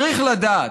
צריך לדעת: